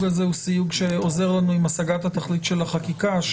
הזה הוא סיוג שעוזר לנו עם השגת התכלית של החקיקה,